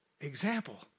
example